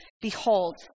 Behold